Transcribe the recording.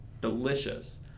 delicious